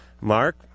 Mark